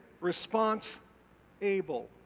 Response-able